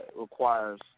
requires